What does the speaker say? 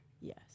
Yes